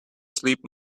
sleep